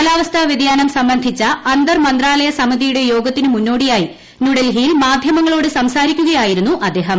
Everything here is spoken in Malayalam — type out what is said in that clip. കാലാവസ്ഥാവൃതിയാനം സംബന്ധിച്ച അന്തർ മന്ത്രാലയ സമിതിയുടെ യോഗത്തിന് മൂന്നോടിയായി ന്യൂഡൽഹിയിൽ മാധ്യമങ്ങളോട് സംസാരിക്കുകയായിരുന്നു അദ്ദേഹം